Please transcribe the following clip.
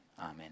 amen